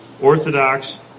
orthodox